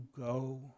go